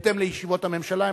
בהתאם לישיבות הממשלה,